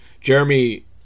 Jeremy